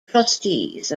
trustees